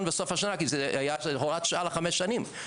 בסוף השנה כי זה היה הוראת שעה לחמש שנים.